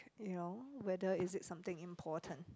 you know whether is it something important